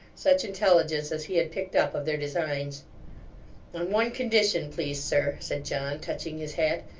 such intelligence as he had picked up, of their designs on one condition, please, sir said john, touching his hat.